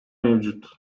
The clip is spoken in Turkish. mevcut